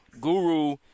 Guru